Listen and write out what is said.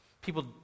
People